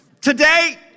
today